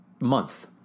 month